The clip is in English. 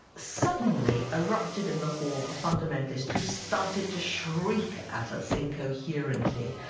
suddenly erupted in the hall a fundamentalist who started to shriek at us incoherently.